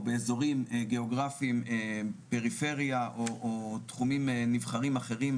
באזורים גיאוגרפיים פריפריה או תחומים נבחרים אחרים,